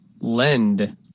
Lend